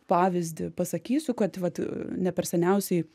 pavyzdį pasakysiu kad vat ne per seniausiai